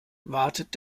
wartet